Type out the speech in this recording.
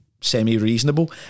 semi-reasonable